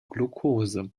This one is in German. glukose